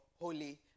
holy